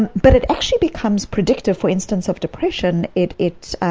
and but it actually becomes predictive, for instance, of depression it it